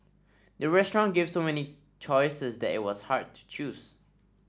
the restaurant gave so many choices that it was hard to choose